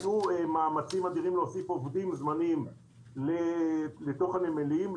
היו מאמצים אדירים להוסיף עובדים זמניים לתוך הנמלים.